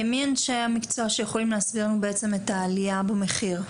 מי אנשי המקצוע שיכולים להסביר לנו בעצם את העלייה במחיר?